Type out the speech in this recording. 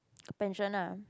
pension ah